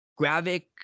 Gravic